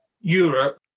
Europe